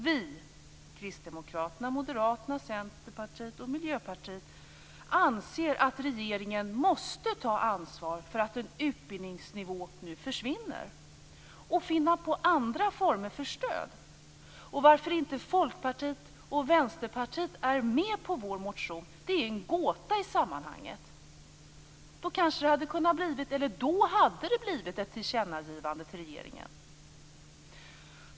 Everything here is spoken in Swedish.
Vi - Kristdemokraterna, Moderaterna, Centerpartiet och Miljöpartiet - anser att regeringen måste ta ansvar för att en utbildningsnivå nu försvinner och finna andra former för stöd. Och varför inte Folkpartiet och Vänsterpartiet är med på vår motion är en gåta i sammanhanget. Då hade det blivit ett tillkännagivande till regeringen.